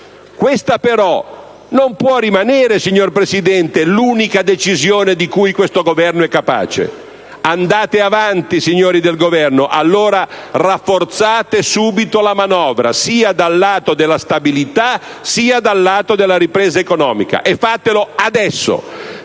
Questa però non può rimanere, signor Presidente, l'unica decisione di cui questo Governo è capace. Andate avanti, signori del Governo? Allora, rafforzate subito la manovra, sia dal lato della stabilità, sia dal lato della ripresa economica. E fatelo adesso,